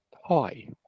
hi